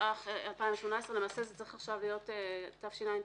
התשע"ח-2018 למעשה זה צריך להיות "תשע"ט",